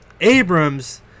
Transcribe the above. Abrams